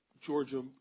Georgia